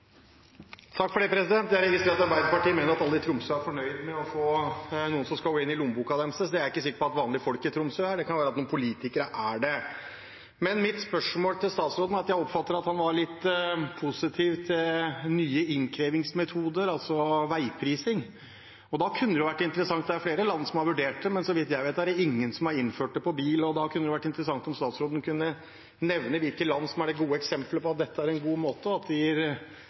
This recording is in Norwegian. Jeg registrerer at Arbeiderpartiet mener at alle i Tromsø er fornøyd med å få noen som skal gå inn i lommeboka deres. Det er jeg ikke sikker på at vanlige folk i Tromsø er. Det kan være at noen politikere er det. Men mitt spørsmål til statsråden er følgende: Jeg oppfatter at han var litt positiv til nye innkrevingsmetoder, altså veiprising. Det er flere land som har vurdert det, men så vidt jeg vet, er det ingen som har innført det for bil. Da kunne det vært interessant om statsråden kunne nevne hvilke land som er det gode eksempelet på at dette er en god måte, og at det gir